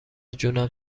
جونم